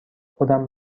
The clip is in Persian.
خودم